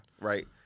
Right